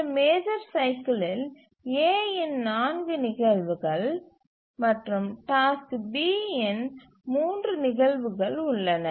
ஒரு மேஜர் சைக்கிலில் A இன் 4 நிகழ்வுகள் மற்றும் டாஸ்க் B இன் 3 நிகழ்வுகள் உள்ளன